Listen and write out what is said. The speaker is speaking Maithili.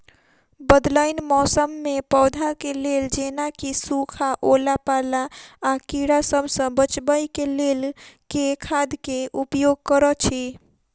बदलैत मौसम मे पौधा केँ लेल जेना की सुखा, ओला पाला, आ कीड़ा सबसँ बचबई केँ लेल केँ खाद केँ उपयोग करऽ छी?